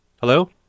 hello